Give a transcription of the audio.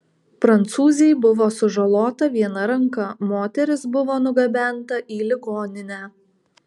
prancūzei buvo sužalota viena ranka moteris buvo nugabenta į ligoninę